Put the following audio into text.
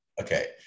Okay